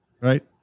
right